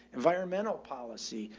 environmental policy,